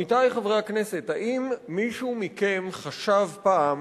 עמיתי חברי הכנסת, האם מישהו מכם חשב פעם